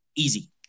easy